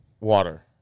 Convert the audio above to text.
water